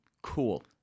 Cool